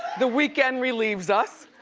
the weekend relieves us.